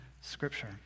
Scripture